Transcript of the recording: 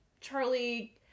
Charlie